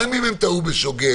גם אם הם טעו בשוגג.